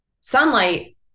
sunlight